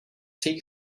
take